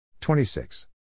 26